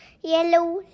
yellow